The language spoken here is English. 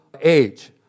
age